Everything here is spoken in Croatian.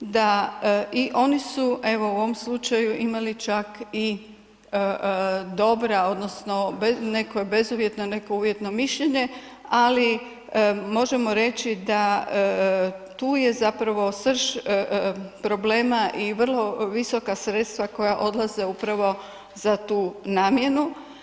Da i oni su evo u ovom slučaju imali čak i dobra odnosno neko bezuvjetno, neko uvjetno mišljenje, ali možemo reći da tu je zapravo srž problema i vrlo visoka sredstva koja odlaze upravo za tu namjenu.